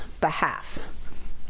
behalf